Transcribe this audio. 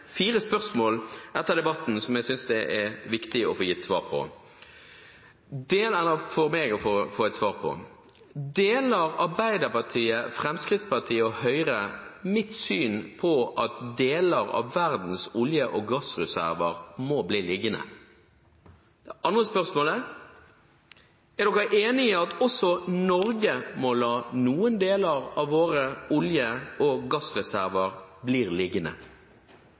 fire spørsmål som det er viktig for meg å få svar på: Deler Arbeiderpartiet, Fremskrittspartiet og Høyre mitt syn, at deler av verdens olje- og gassreserver må bli liggende? Det andre spørsmålet er: Er de samme partiene enig i at også Norge må la noen av sine olje- og gassreserver bli liggende?